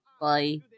Bye